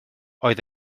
oedd